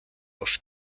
auf